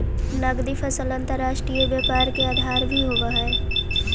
नगदी फसल अंतर्राष्ट्रीय व्यापार के आधार भी होवऽ हइ